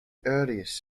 earliest